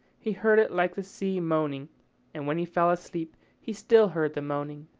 he heard it like the sea moaning and when he fell asleep he still heard the moaning.